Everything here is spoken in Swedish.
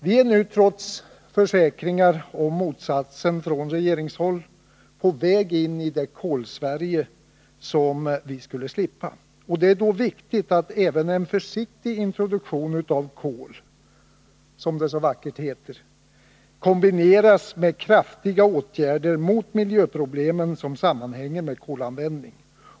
Vi är nu, trots försäkringar från regeringshåll om motsatsen, på väg in i det Kolsverige som vi skulle slippa. Det är då viktigt att även en försiktig introduktion av kol — som det så vackert heter — kombineras med kraftiga åtgärder mot de miljöproblem som sammanhänger med kolanvändning.